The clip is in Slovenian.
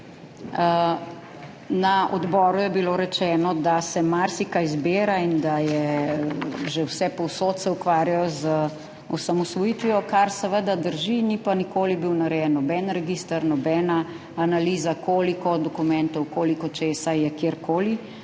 Na odboru je bilo rečeno, da se marsikaj zbira in da se že vsepovsod ukvarjajo z osamosvojitvijo, kar seveda drži, ni pa nikoli bil narejen noben register, nobena analiza, koliko dokumentov, koliko česa je kjerkoli.